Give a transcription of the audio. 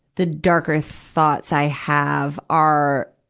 the darker thoughts i have are,